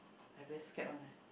I very scared one leh